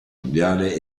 mondiale